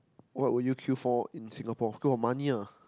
what will you kill for in Singapore kill for money ah